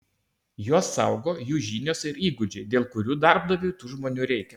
juos saugo jų žinios ir įgūdžiai dėl kurių darbdaviui tų žmonių reikia